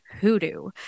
hoodoo